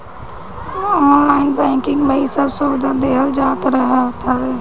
online banking में इ सब सुविधा देहल रहत हवे